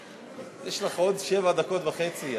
יש לך עוד שבע דקות וחצי.